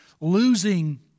losing